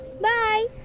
bye